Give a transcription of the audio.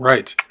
Right